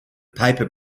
paper